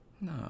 No